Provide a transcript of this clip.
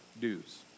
dues